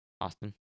Austin